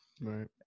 right